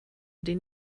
den